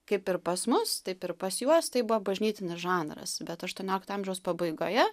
kaip ir pas mus taip ir pas juos tai buvo bažnytinis žanras bet aštuoniolikto amžiaus pabaigoje